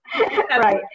Right